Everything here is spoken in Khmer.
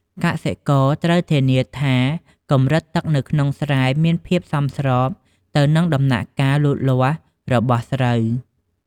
កសិករត្រូវធានាថាកម្រិតទឹកនៅក្នុងស្រែមានភាពសមស្របទៅតាមដំណាក់កាលលូតលាស់របស់ស្រូវ។